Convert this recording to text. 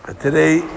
Today